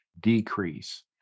decrease